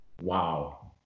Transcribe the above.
Wow